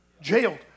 jailed